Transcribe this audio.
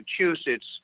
Massachusetts